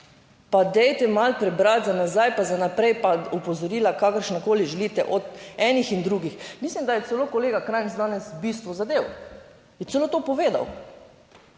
Pa dajte malo prebrati za nazaj pa za naprej, pa opozorila kakršnakoli želite od enih in drugih. Mislim, da je celo kolega Krajnc danes bistvo zadev je celo to povedal.